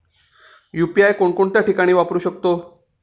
UPI कोणकोणत्या ठिकाणी वापरू शकतो?